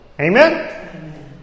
Amen